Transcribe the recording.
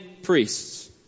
Priests